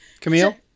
Camille